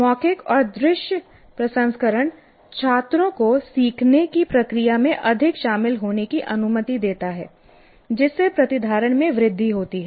मौखिक और दृश्य प्रसंस्करण छात्रों को सीखने की प्रक्रिया में अधिक शामिल होने की अनुमति देता है जिससे प्रतिधारण में वृद्धि होती है